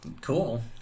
Cool